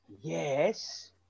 yes